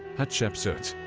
hatshepsut.